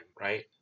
right